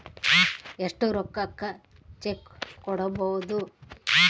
ಎಷ್ಟು ರೊಕ್ಕಕ ಚೆಕ್ಕು ಕೊಡುಬೊದು